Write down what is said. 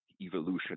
evolution